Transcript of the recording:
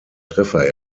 treffer